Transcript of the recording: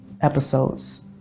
episodes